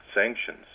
sanctions